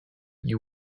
you